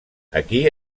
aquí